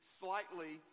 slightly